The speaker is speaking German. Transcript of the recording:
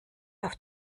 auf